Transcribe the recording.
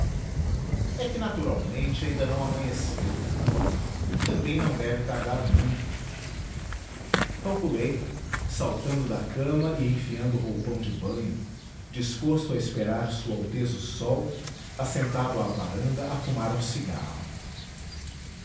é que naturalmente ainda não amanheceu também não deve tardar muito calculei saltando da cama e enfiando o roupão de banho disposto a esperar sua alteza o sol assentado à varanda a fumar um cigarro